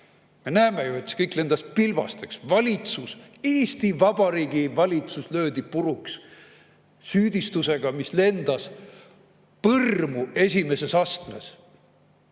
ju näeme, et see kõik lendas pilbasteks, Eesti Vabariigi valitsus löödi puruks süüdistusega, mis langes põrmu esimeses [kohtu]astmes.